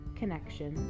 connection